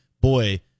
boy